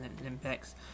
Olympics